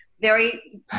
very-